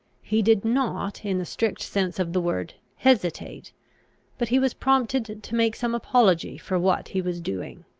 he did not, in the strict sense of the word, hesitate but he was prompted to make some apology for what he was doing.